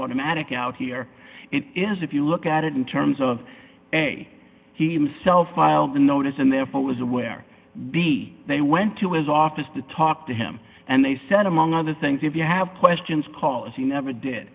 automatic out here it is if you look at it in terms of a he himself filed a notice and therefore was aware b they went to his office to talk to him and they said among other things if you have questions cause you never did